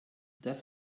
das